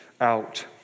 out